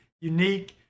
unique